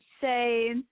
say